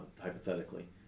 hypothetically